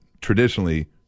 traditionally